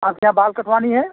आपके यहाँ बाल कटवानी है